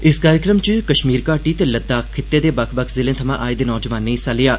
इस कार्यक्रम च कश्मीर घाटी ते लद्दाख खित्ते दे बक्ख बक्ख जिलें थमां आए दे नौजवानें हिस्सा लैत्ता